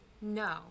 no